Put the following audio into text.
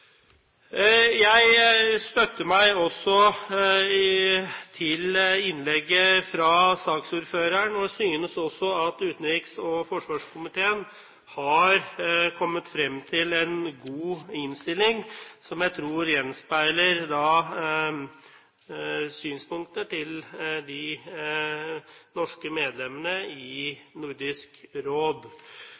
Jeg støtter meg også til innlegget fra saksordføreren og synes også at utenriks- og forsvarskomiteen har kommet frem til en god innstilling som jeg tror gjenspeiler synspunktet til de norske medlemmene i Nordisk Råd.